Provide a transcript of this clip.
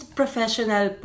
professional